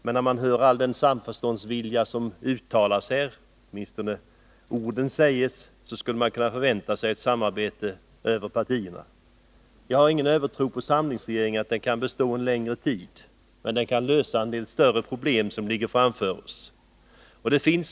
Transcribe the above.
Men efter att ha hört alla uttalanden om samförståndsvilja här kan man kanske förvänta sig ett samarbete över partigränserna. Jag tror inte att en samlingsregering kan bestå en längre tid, men den kan lösa en del större problem som ligger framför oss.